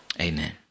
amen